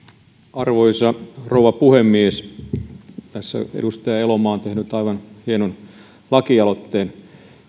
arvoisa rouva puhemies edustaja elomaa on tehnyt aivan hienon lakialoitteen